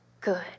good